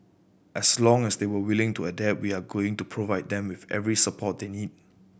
as long as they are willing to adapt we are going to provide them with every support they need